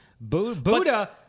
Buddha